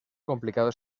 complicado